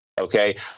Okay